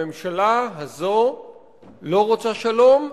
הממשלה הזאת לא רוצה שלום,